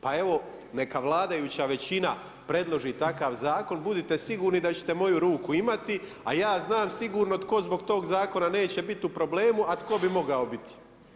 Pa evo, neka vladajuća većina predloži takav zakon, budite sigurni da ćete moju ruku imati a ja znam sigurno tko zbog tog zakona neće biti u problemu a tko bi mogao biti.